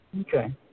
Okay